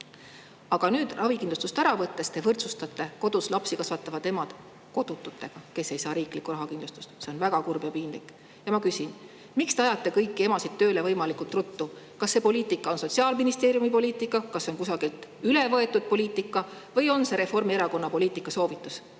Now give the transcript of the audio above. Aga nüüd ravikindlustust ära võttes te võrdsustate kodus lapsi kasvatavad emad kodututega, kes ei saa riiklikku [ravi]kindlustust. See on väga kurb ja piinlik. Ja ma küsin: miks te ajate kõiki emasid tööle võimalikult ruttu? Kas see poliitika on Sotsiaalministeeriumi poliitika, kusagilt üle võetud poliitika või Reformierakonna poliitikasoovitus?